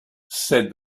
said